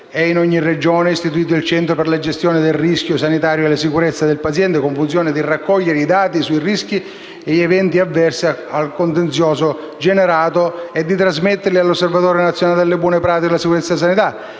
In ogni Regione è istituito il Centro per la gestione del rischio sanitario e la sicurezza del paziente, con la funzione di raccogliere i dati sui rischi e gli eventi avversi al contenzioso generato e di trasmetterli all'Osservatorio nazionale per le Buone Pratiche sulla sicurezza della sanità,